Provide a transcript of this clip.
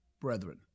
brethren